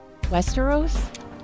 Westeros